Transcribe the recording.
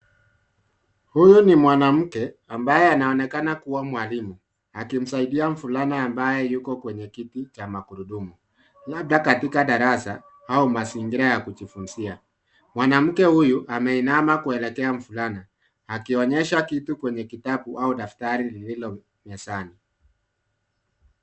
Huyu ni mwanamke ambaye anaonekana kuwa mwalimu akimsaidia mvulana ambaye yuko kwenye kiti cha magurudumu labda katika darasa au mazingira ya kujifunzia. Mwanamke huyu ameinama kuelekea mvulana akionyeshwa kitu kwenye kitabu au daftari lililo mezani.